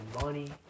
money